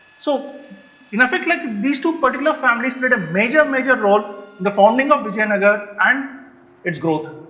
so in effect like these two particular families played a major major role in the founding of vijayanagara and its growth.